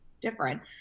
different